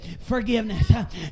forgiveness